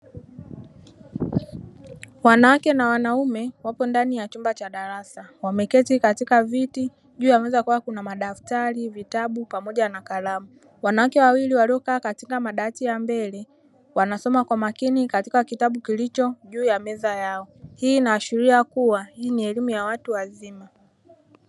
Wanawake na wanaume wapo ndani ya chumba cha darasa wameketi katika viti juu ameweza kuwa kuna madaftari vitabu pamoja na kalamu wanawake wawili waliokaa katika madawati ya mbele wanasoma kwa makini katika kitabu kilicho juu ya meza yao hii inaashiria kuwa hii ni elimu ya watu wazima.